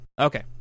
Okay